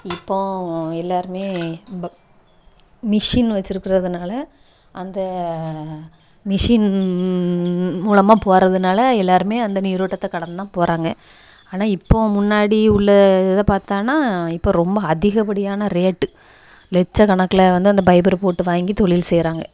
இப்போம் எல்லோருமே ப மிஸின் வச்சிருக்கிறதுனால் அந்த மிஸின் மூலமாக போகிறதுனால எல்லோருமே அந்த நீரோட்டத்தை கடந்து தான் போகிறாங்க ஆனால் இப்போ முன்னாடி உள்ளே இதை பார்த்தான்னா இப்போ ரொம்ப அதிகப்படியான ரேட்டு லட்ச கணக்கில் வந்து அந்த பைபர் போட்டை வாங்கி தொழில் செய்கிறாங்க